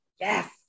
Yes